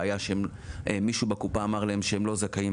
בעיה שמישהו בקופה אמר להם שהם לא זכאים לה,